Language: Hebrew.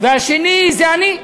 והשני זה אני: